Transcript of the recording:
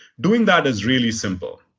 doing that is really simple.